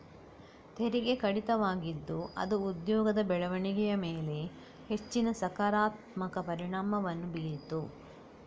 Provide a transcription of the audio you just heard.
ತೆರಿಗೆ ಕಡಿತವಾಗಿದ್ದು ಅದು ಉದ್ಯೋಗದ ಬೆಳವಣಿಗೆಯ ಮೇಲೆ ಹೆಚ್ಚಿನ ಸಕಾರಾತ್ಮಕ ಪರಿಣಾಮವನ್ನು ಬೀರಿತು